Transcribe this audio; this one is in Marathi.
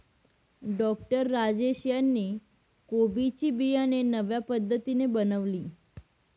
डॉक्टर राजेश यांनी कोबी ची बियाणे नव्या पद्धतीने बनवली